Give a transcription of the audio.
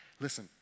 Listen